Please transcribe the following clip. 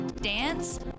dance